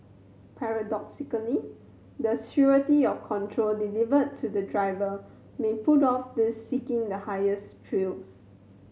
paradoxically that surety of control delivered to the driver may put off these seeking the highest thrills